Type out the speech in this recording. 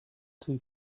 two